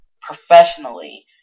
professionally